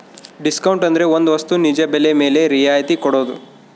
discount ಅಂದ್ರೆ ಒಂದ್ ವಸ್ತು ನಿಜ ಬೆಲೆ ಮೇಲೆ ರಿಯಾಯತಿ ಕೊಡೋದು